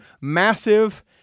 massive